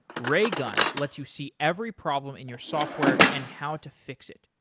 raygun lets you see every problem in your software and how to fix it.